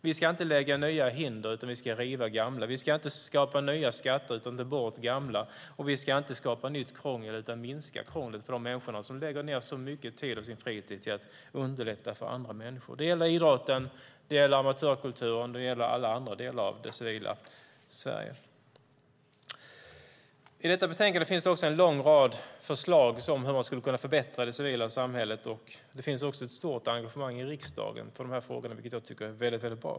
Vi ska inte lägga nya hinder utan riva gamla, vi ska inte skapa nya skatter utan ta bort gamla och vi ska inte skapa nytt krångel utan minska krånglet för de människor som lägger ned så mycket tid av sin fritid för att underlätta för andra människor. Det gäller idrotten, det gäller amatörkulturen, och det gäller alla andra delar av det civila Sverige. I detta betänkande finns det också en lång rad förslag på hur man skulle kunna förbättra det civila samhället. Det finns också ett stort engagemang i riksdagen för de här frågorna, vilket jag tycker är väldigt bra.